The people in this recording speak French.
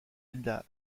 hilda